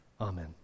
amen